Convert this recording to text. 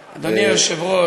היושב-ראש?